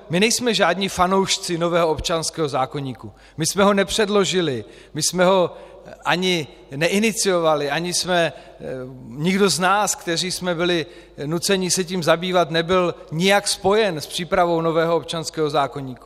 My nejsme žádní fanoušci nového občanského zákoníku, my jsme ho nepředložili, my jsme ho ani neiniciovali, nikdo z nás, kteří jsme byli nuceni se tím zabývat, nebyl nijak spojen s přípravou nového občanského zákoníku.